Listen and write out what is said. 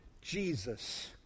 Jesus